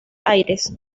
aires